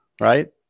right